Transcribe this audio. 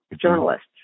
journalists